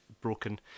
broken